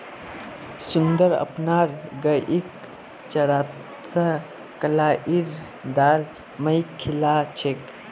सुंदर अपनार गईक चारात कलाईर दाल मिलइ खिला छेक